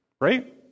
right